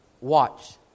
watch